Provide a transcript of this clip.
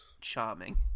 charming